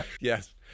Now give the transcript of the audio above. Yes